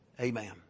Amen